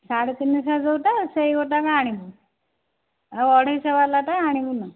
ସାଢେ ତିନି ଶହ ଯେଉଁଟା ସେହି ଗୋଟାକ ଆଣିବୁ ଆଉ ଅଢ଼େଇ ଶହବାଲାଟା ଆଣିବୁନି